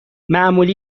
معمولی